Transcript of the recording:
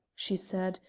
she said,